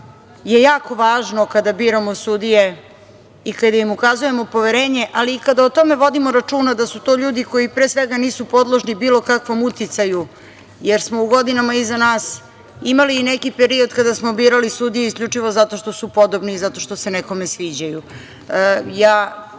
je jako važno kada biramo sudije i kada im ukazujemo poverenje, ali i kada o tome vodimo računa da su to ljudi koji , pre svega nisu podložni bilo kakvom uticaju, jer smo u godinama iza nas imali neki period kada smo birali sudije, zato što su podobni i zato što se nekome sviđaju. Ja